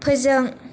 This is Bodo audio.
फोजों